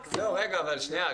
שנייה.